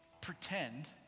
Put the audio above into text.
Pretend